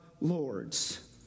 Lords